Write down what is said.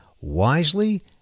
wisely